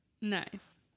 Nice